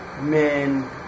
men